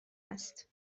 است